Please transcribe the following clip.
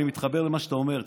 שאני מתחבר למה שאתה אומר.